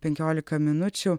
penkiolika minučių